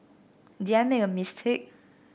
did I make a mistake